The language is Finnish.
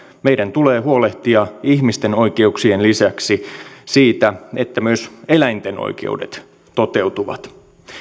meidän tulee huolehtia ihmisten oikeuksien lisäksi siitä että myös eläinten oikeudet toteutuvat